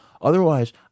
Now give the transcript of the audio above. Otherwise